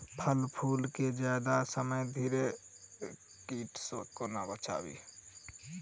फल फुल केँ जियादा समय धरि कीट सऽ कोना बचाबी?